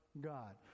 god